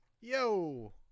yo